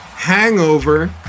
hangover